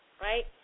Right